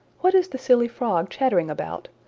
what is the silly frog chattering about?